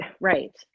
right